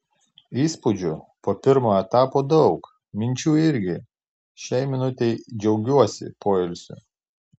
įspūdžių po pirmo etapo daug minčių irgi šiai minutei džiaugiuosi poilsiu